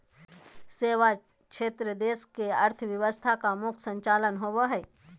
सेवा क्षेत्र देश के अर्थव्यवस्था का मुख्य संचालक होवे हइ